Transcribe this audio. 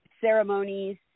ceremonies